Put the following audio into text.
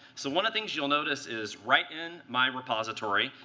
so one of things you'll notice is right in my repository,